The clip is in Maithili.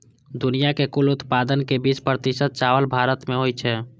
दुनिया के कुल उत्पादन के बीस प्रतिशत चावल भारत मे होइ छै